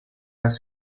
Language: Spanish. las